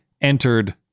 entered